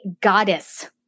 goddess